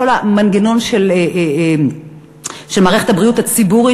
על כל המנגנון של מערכת הבריאות הציבורית,